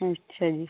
अच्छा जी